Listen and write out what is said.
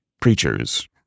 preachers